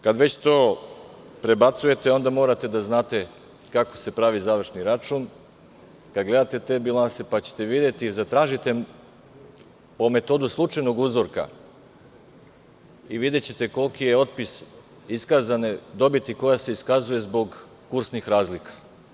Kada već to prebacujete, onda morate da znate kako se pravi završni račun, kad gledate te bilanse, pa ćete videti i zatražite po metodu slučajnog uzorka i videćete koliki je otpis iskazane dobiti koja se iskazuje zbog kursnih razlika.